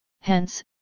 hence